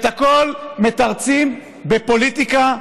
את הכול מתרצים בפוליטיקה,